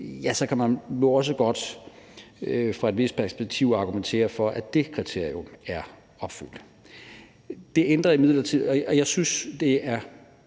så kan man jo også godt fra et vist perspektiv argumentere for, at det kriterium er opfyldt. Jeg synes, det er